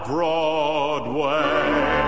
Broadway